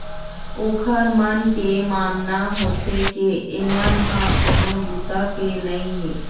ओखर मन के मानना होथे के एमन ह कोनो बूता के नइ हे